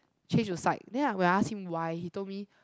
change to psych then I when I will ask him why he told me